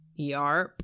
yarp